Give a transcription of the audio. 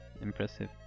impressive